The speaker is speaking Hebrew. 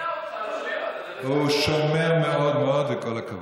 הוא שומר מאוד מאוד, וכל הכבוד.